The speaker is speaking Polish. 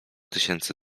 tysięcy